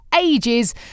ages